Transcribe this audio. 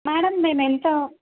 madam మేము ఎంత